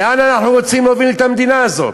לאן אנחנו רוצים להוביל את המדינה הזאת?